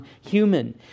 human